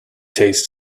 taste